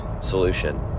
solution